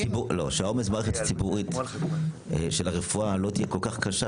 שהעומס במערכת הציבורית של הרפואה לא תהיה כל כך קשה,